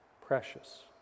precious